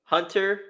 Hunter